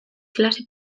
klase